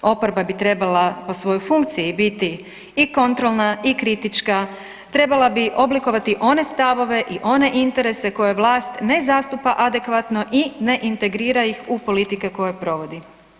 Oporba bi trebala po svojoj funkciji biti i kontrolna i kritička, trebala bi oblikovati one stavove i one interese koje vlast ne zastupa adekvatno i ne integrira ih u politike koje provodi.